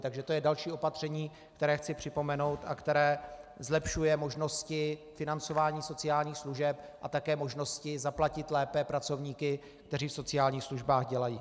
Takže to je další opatření, které chci připomenout a které zlepšuje možnosti financování sociálních služeb a také možnosti zaplatit lépe pracovníky, kteří v sociálních službách dělají.